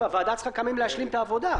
הוועדה צריכה כמה ימים להשלים את העבודה,